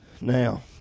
Now